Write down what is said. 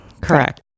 Correct